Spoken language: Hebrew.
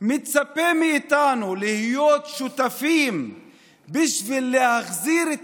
מצפה מאיתנו להיות שותפים בשביל להחזיר את